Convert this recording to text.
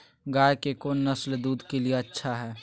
गाय के कौन नसल दूध के लिए अच्छा है?